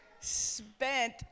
spent